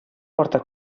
porta